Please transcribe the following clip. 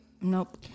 Nope